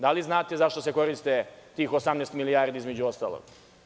Da li znate zašto se koriste tih 18 milijardi, između ostalog?